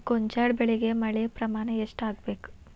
ಗೋಂಜಾಳ ಬೆಳಿಗೆ ಮಳೆ ಪ್ರಮಾಣ ಎಷ್ಟ್ ಆಗ್ಬೇಕ?